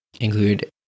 include